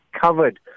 covered